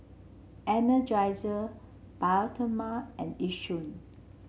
Energizer Bioderma and Yishion